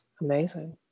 amazing